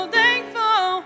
thankful